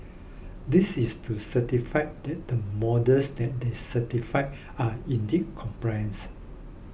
this is to certify that the models that they certified are indeed compliance